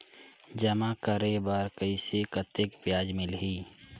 जमा करे बर कइसे कतेक ब्याज मिलही?